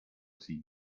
ziehen